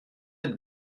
aide